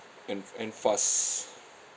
and and fast